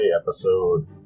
episode